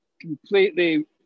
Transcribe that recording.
Completely